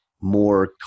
more